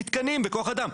כך שנביא תקנים בכוח-אדם.